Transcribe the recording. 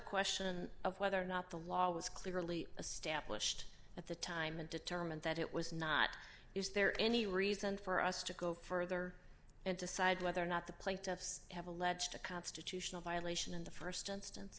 question of whether or not the law was clearly established at the time and determined that it was not is there any reason for us to go further and decide whether or not the plaintiffs have alleged a constitutional violation in the st instance